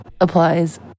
applies